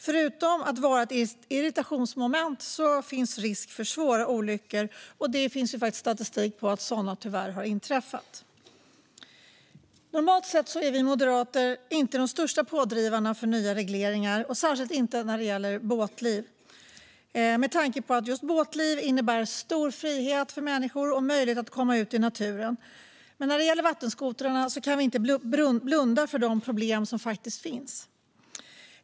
Förutom att de är ett irritationsmoment finns det risk för svåra olyckor, och det finns statistik på att sådana tyvärr har inträffat. Normalt sett är vi moderater inte de största pådrivarna för nya regleringar, och särskilt inte när det gäller båtliv. Det är med tanke på att just båtliv innebär stor frihet för människor och möjlighet att komma ut i naturen. Men när det gäller vattenskotrarna kan vi inte blunda för de problem som finns.